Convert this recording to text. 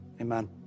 Amen